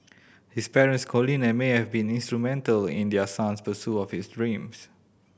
his parents Colin and May have been instrumental in their son's pursuit of his dreams